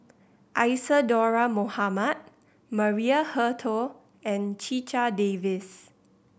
Isadhora Mohamed Maria Hertogh and Checha Davies